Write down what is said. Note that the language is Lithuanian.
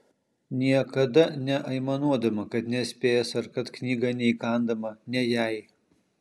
niekada neaimanuodama kad nespės ar kad knyga neįkandama ne jai